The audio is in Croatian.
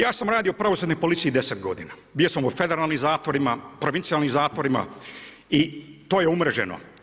Ja sam radio u pravosudnoj policiji 10 godina, bio sam u federalnim zatvorima, provincijalnim zatvorima i to je umreženo.